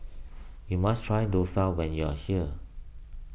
you must try Dosa when you are here